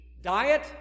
diet